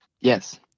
Yes